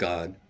God